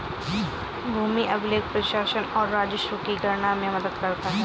भूमि अभिलेख प्रशासन और राजस्व की गणना में मदद करता है